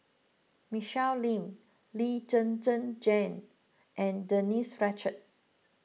Michelle Lim Lee Zhen Zhen Jane and Denise Fletcher